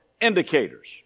indicators